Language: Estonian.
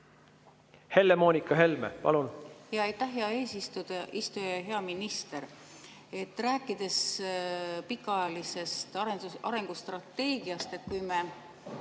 Helle-Moonika Helme, palun!